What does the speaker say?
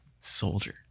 soldier